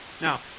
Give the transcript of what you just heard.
Now